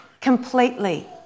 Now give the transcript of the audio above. completely